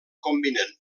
combinen